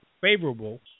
favorable